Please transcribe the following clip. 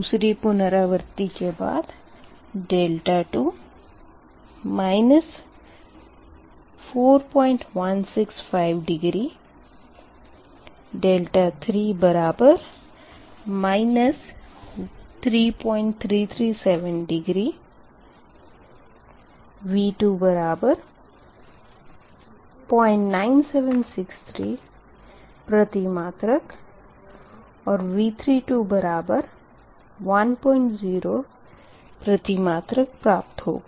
दूसरी पुनरावर्ती के बाद 2 is 4165 डिग्री 3 बराबर 3337 डिग्री V2 बराबर 09763 प्रति मात्रक और V3 बराबर 10 प्रति मात्रक प्राप्त होगा